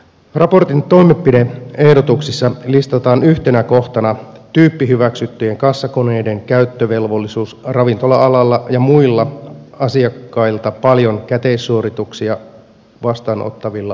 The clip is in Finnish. raportin toimenpide ehdotuksissa listataan yhtenä kohtana tyyppihyväksyttyjen kassakoneiden käyttövelvollisuus ravintola alalla ja muilla asiakkailta paljon käteissuorituksia vastaanottavilla aloilla